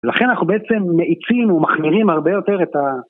לכן אנחנו בעצם מאיצים ומכנירים הרבה יותר את ה...